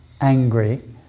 angry